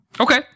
Okay